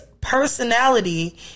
personality